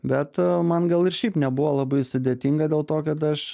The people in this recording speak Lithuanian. bet man gal ir šiaip nebuvo labai sudėtinga dėl to kad aš